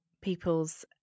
people's